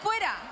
fuera